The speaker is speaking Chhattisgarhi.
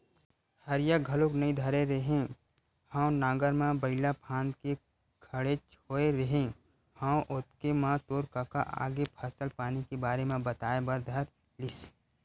हरिया घलोक नइ धरे रेहे हँव नांगर म बइला फांद के खड़ेच होय रेहे हँव ओतके म तोर कका आगे फसल पानी के बारे म बताए बर धर लिस